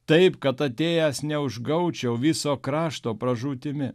taip kad atėjęs neužgaučiau viso krašto pražūtimi